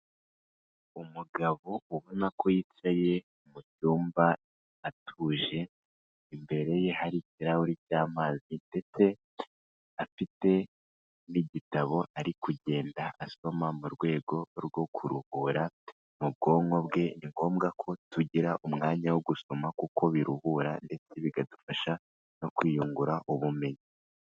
Umugabo ubona ko yicaye mu cyumba atuje, imbere ye hari ikirahuri cy'amazi ndetse afite n'igitabo ari kugenda asoma mu rwego rwo kuruhura mu bwonko bwe. Ni ngombwa ko tugira umwanya wo gusoma kuko biruhura ndetse bikadufasha no kwiyungura ubumenyi.